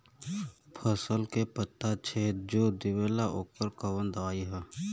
फसल के पत्ता छेद जो देवेला ओकर कवन दवाई ह?